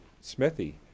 smithy